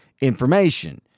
information